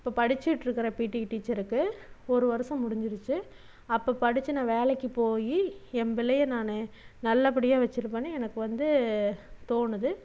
இப்போ படிச்சிட்டுருக்குறேன் பீட்டி டீச்சருக்கு ஒரு வருடம் முடிஞ்சிருச்சு அப்போ படித்து நான் வேலைக்கு போய் என் பிள்ளையை நான் நல்லபடியாக வச்சிருப்பேனு எனக்கு வந்து தோணுது